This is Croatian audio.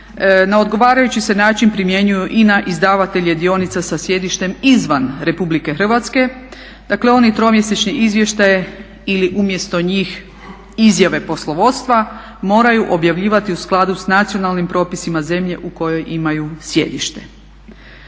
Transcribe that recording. na odgovarajući se način primjenjuju i na izdavatelje dionica sa sjedištem izvan Republike Hrvatske. Dakle, oni tromjesečni izvještaji ili umjesto njih izjave poslovodstva moraju objavljivati u skladu sa nacionalnim propisima zemlje u kojoj imaju sjedište.